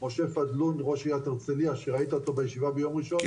משה פדלון ראש עיריית הרצליה שראית אותו בישיבה ביום ראשון,